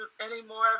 anymore